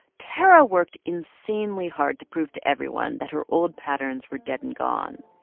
tarra worked insanely hard to prove to everyone that her old patterns were dead and gone.